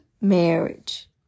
marriage